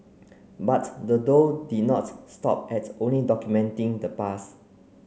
but the duo did not stop at only documenting the pass